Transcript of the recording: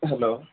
hello